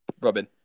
Robin